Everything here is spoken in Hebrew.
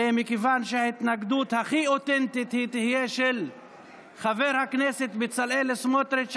ומכיוון שההתנגדות הכי אותנטית תהיה של חבר הכנסת בצלאל סמוטריץ',